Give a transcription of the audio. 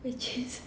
which is